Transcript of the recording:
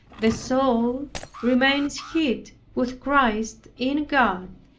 the soul remains hid with christ in god.